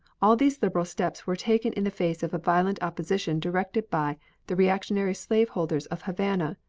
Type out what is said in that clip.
all these liberal steps were taken in the face of a violent opposition directed by the reactionary slaveholders of havana,